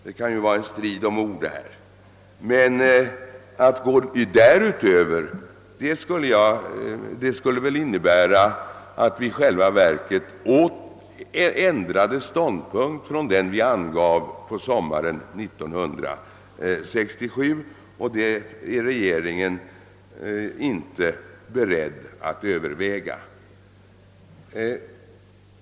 Detta kan ju vara en strid om ord, men gå därutöver skulle dock innebära att vi i själva verket ändrade den ståndpunkt som vi angav på sommaren 1967, och det är regeringen inte beredd att överväga.